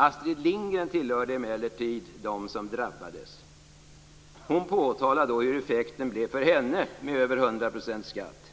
Astrid Lindgren tillhörde emellertid dem som drabbades. Hon påtalade då hur effekten blev för henne med över 100 % i skatt.